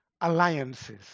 alliances